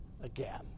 again